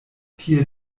tie